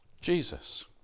Jesus